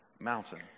mountain